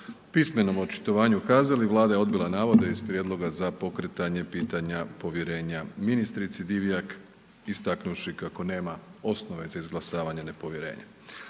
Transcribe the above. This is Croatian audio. pismenom očitovanju kazali, Vlada je odbila navode iz prijedloga za pokretanje pitanje povjerenja ministrici Divjak istaknuvši kako nema osnove za izglasavanje nepovjerenja.